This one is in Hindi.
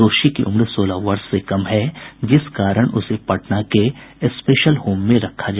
दोषी की उम्र सोलह वर्ष से कम है जिस कारण उसे पटना के स्पेशल होम में रखा जायेगा